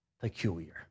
peculiar